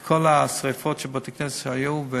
כל השרפות של בתי-כנסת שהיו,